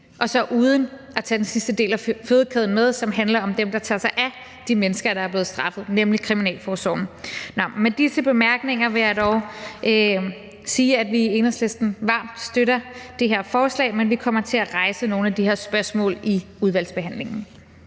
det uden at tage den sidste del af fødekæden med, som handler om dem, der tager sig af de mennesker, der er blevet straffet, nemlig personalet i kriminalforsorgen. Med disse bemærkninger vil jeg dog sige, at vi i Enhedslisten varmt støtter det her forslag, men at vi kommer til at rejse nogle af de her spørgsmål i udvalgsbehandlingen.